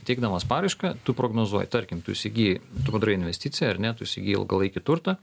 teikdamas paraišką tu prognozuoji tarkim tu įsigijai tu padarai investiciją ar ne tu įsigyji ilgalaikį turtą